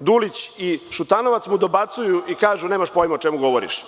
Dulić i Šutanovac mu dobacuju i kažu – nemaš pojma o čemu govoriš.